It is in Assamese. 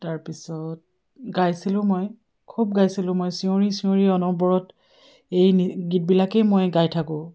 তাৰপিছত গাইছিলোঁ মই খুব গাইছিলোঁ মই চিঞৰি চিঞৰি অনবৰত এই গীতবিলাকেই মই গাই থাকোঁ